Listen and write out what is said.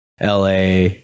LA